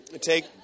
take